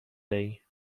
دهی